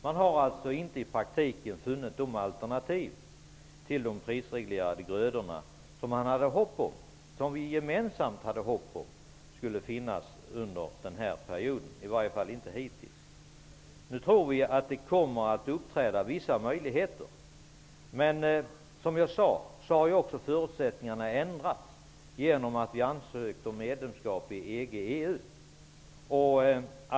Man har alltså inte i praktiken -- i varje fall inte hittills -- funnit de alternativ till de prisreglerade grödorna som vi gemensamt hade hopp om skulle finnas under den här perioden. Nu tror vi att vissa möjligheter kommer att finnas, men som jag sade har förutsättningarna ändrats genom att vi har ansökt om medlemskap i EG/EU.